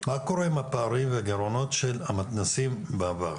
מה קורה עם הפערים והגירעונות של המתנ"סים בעבר?